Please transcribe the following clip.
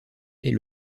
est